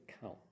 count